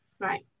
Right